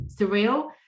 surreal